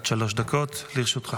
בבקשה, עד שלוש דקות לרשותך.